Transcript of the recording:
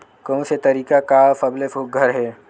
कोन से तरीका का सबले सुघ्घर हे?